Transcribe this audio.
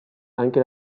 anche